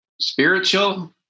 spiritual